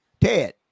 Ted